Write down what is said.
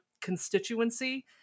constituency